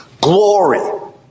glory